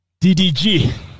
DDG